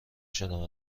شدم